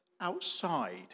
outside